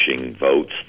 votes